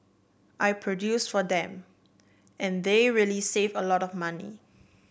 I produce for them and they really save a lot of money